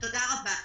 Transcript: תודה רבה.